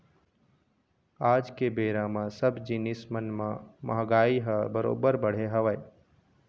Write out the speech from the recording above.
आज के बेरा म सब जिनिस मन म महगाई ह बरोबर बढ़े हवय